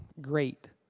great